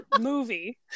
movie